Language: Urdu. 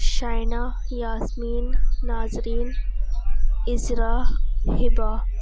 شائنا یاسمین ناظرین اذرا ہبا